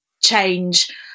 change